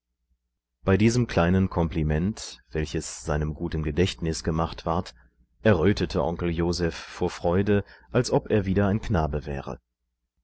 bei diesem kleinen kompliment welches seinem guten gedächtnis gemacht ward errötete onkel joseph vor freude als ob er wieder ein knabe wäre